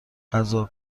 غذا